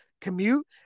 commute